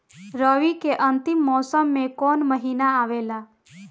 रवी के अंतिम मौसम में कौन महीना आवेला?